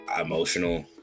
emotional